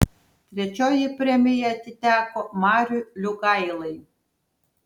trečioji premija atiteko mariui liugailai